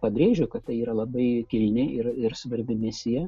pabrėžiu kad tai yra labai kilni ir ir svarbi misija